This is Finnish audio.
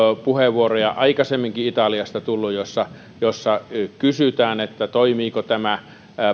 aikaisemminkin italiasta tullut puheenvuoroja joissa kysytään toimiiko tämä